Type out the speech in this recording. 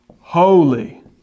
Holy